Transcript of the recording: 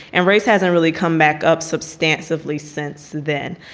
and race hasn't really come back up substantively since then.